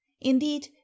indeed